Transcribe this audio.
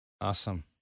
Awesome